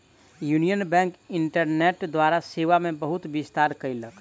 union bank internet द्वारा सेवा मे बहुत विस्तार कयलक